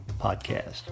podcast